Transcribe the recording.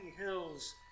hills